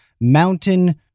Mountain